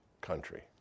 country